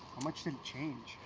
much did it change?